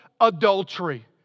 adultery